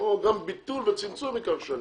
גם ביטול וצמצום ייקח שנים.